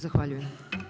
Zahvaljujem.